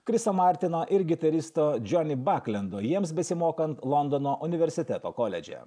kriso martino ir gitaristo džoni baklendo jiems besimokant londono universiteto koledže